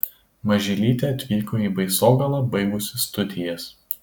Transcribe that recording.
mažylytė atvyko į baisogalą baigusi studijas